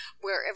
wherever